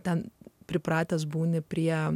ten pripratęs būni prie